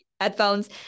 headphones